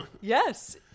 Yes